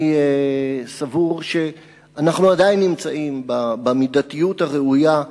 אני סבור שאנחנו עדיין נמצאים במידתיות הראויה,